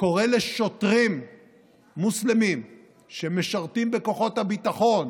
קורא לשוטרים מוסלמים שמשרתים בכוחות הביטחון,